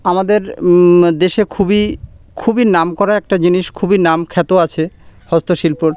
আমাদের দেশে খুবই খুবই নাম করা একটা জিনিস খুবই নাম খ্যাত আছে হস্তশিল্পর